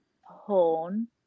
Horn